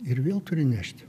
ir vėl turi nešt